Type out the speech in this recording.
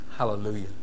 Hallelujah